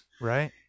Right